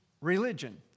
religion